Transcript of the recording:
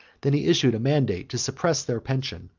than he issued a mandate to suppress their pension,